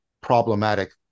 problematic